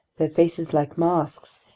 their faces like masks,